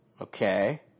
okay